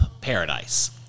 paradise